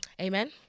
Amen